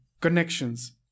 connections